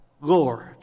Lord